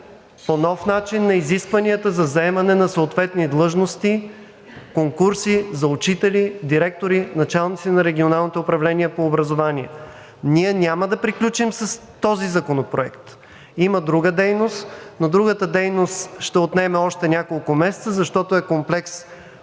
по нов начин на изискванията за заемане на съответни длъжности, конкурси за учители, директори, началници на регионалните управления по образование. Ние няма да приключим с този законопроект. Има друга дейност, но другата дейност ще отнеме още няколко месеца, защото е комплекс